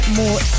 more